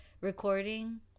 recording